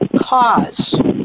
cause